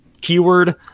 keyword